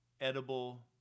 edible